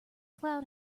cloud